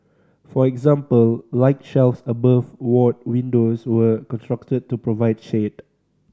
for example light shelves above ward windows were constructed to provide shade